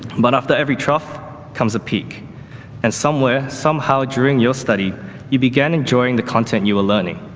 but after every trough comes a peak and somewhere, somehow during your study you began enjoying the content you were learning.